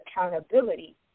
accountability